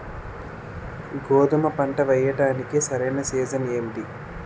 గోధుమపంట వేయడానికి సరైన సీజన్ ఏంటి?